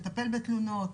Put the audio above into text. לטפל בתלונות,